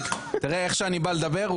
תראה, איך שאני בא לדבר.